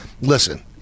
Listen